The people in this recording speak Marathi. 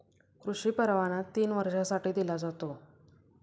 कृषी परवाना तीन वर्षांसाठी दिला जातो